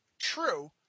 true